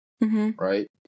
right